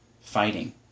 fighting